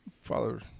Father